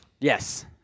Yes